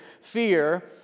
fear